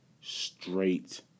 straight